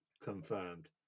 confirmed